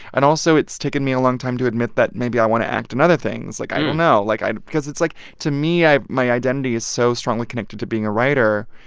and also it's taken me a long time to admit that maybe i want to act in and other things. like, i don't know. like, i because it's like to me, i my identity is so strongly connected to being a writer.